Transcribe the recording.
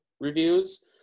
reviews